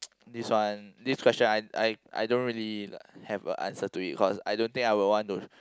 this one this question I I I don't really have a answer to it cause I don't think I will want to